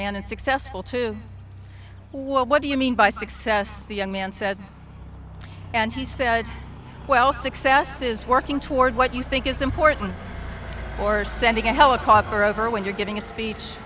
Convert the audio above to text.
and successful too what do you mean by success the young man said and he said well success is working toward what you think is important or sending a helicopter over when you're giving a speech